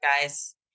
guys